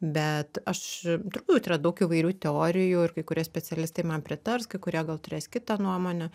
bet aš turbūt yra daug įvairių teorijų ir kai kurie specialistai man pritars kai kurie gal turės kitą nuomonę